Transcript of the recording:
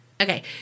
Okay